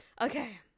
Okay